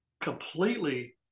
completely